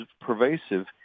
pervasive